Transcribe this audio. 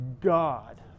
God